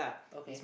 okay